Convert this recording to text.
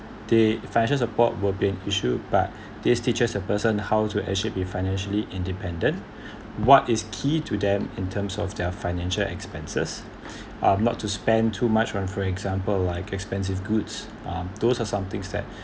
they financial support were been issue but this teaches a person how to actually be financially independent what is key to them in terms of their financial expenses are not to spend too much on for example like expensive goods um those are somethings that